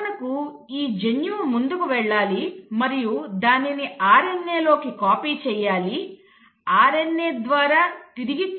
ఉదాహరణకు ఈ జన్యువు ముందుకు వెళ్లాలి మరియు దానిని RNA లోకి కాపీ చేయాలి RNA ద్వారా